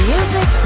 Music